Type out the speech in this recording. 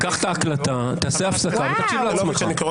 קח את ההקלטה, תעשה הפסקה ותקשיב לעצמך.